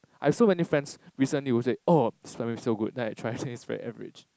I have so many friends recently who said oh this Ban-Mian is so good then I try and it's very average